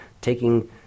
taking